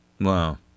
Wow